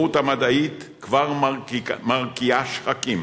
התחרות המדעית כבר מרקיעה שחקים,